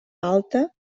alta